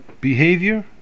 behavior